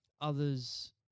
others